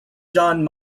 john